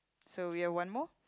so we have one more